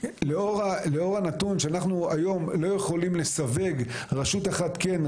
לאור הנתון שאנחנו היום לא יכולים לסווג רשות אחת כן,